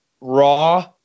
raw